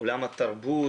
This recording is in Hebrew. עולם התרבות,